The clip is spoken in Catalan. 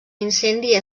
incendi